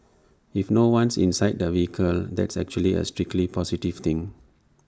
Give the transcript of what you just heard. if no one's inside the vehicle that's actually A strictly positive thing